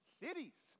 cities